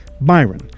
Byron